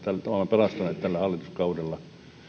pelastuneet tällä hallituskaudella